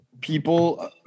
people